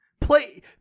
play